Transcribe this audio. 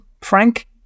Frank